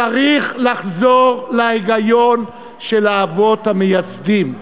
צריך לחזור להיגיון של האבות המייסדים.